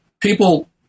People